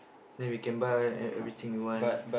then we can buy ah e~ e~ everything we want